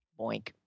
boink